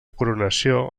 coronació